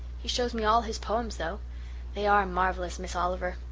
he shows me all his poems, though they are marvellous, miss oliver.